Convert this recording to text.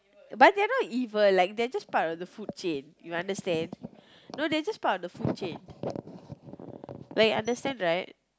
but they're not evil like they're just part of the food chain you understand no they're just part of the food chain like understand right